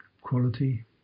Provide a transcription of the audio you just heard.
quality